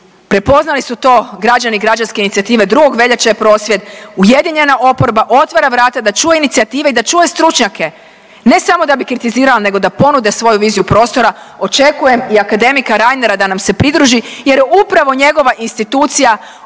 prepoznali su to građani i građanske inicijative, 2. veljače je prosvjed, ujedinjena oporba otvara vrata da čuje inicijative i da čuje stručnjake, ne samo da bi kritizirala nego da ponude svoju viziju prostora. Očekujem i akademika Reinera da nam se pridruži jer je upravo njegova institucija